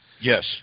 Yes